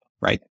right